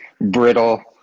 brittle